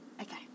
Okay